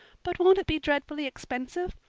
but won't it be dreadfully expensive?